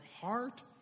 heart